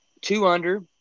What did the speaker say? two-under